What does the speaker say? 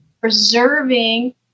preserving